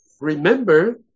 remember